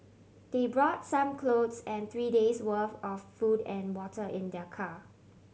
they brought some clothes and three days' worth of food and water in their car